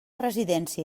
residència